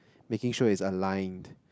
making sure it's aligned